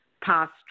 past